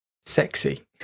sexy